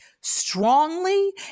strongly